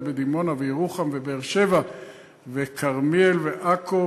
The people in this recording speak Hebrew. בדימונה וירוחם ובאר-שבע וכרמיאל ועכו,